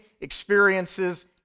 experiences